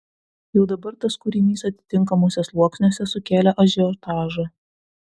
jau dabar tas kūrinys atitinkamuose sluoksniuose sukėlė ažiotažą